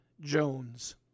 Jones